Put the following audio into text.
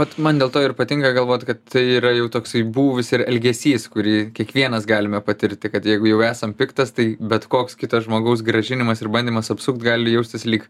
vat man dėl to ir patinka galvot kad tai yra jau toksai būvis ir elgesys kurį kiekvienas galime patirti kad jeigu jau esam piktas tai bet koks kitas žmogaus grąžinimas ir bandymas apsukt gali jaustis lyg